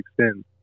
extend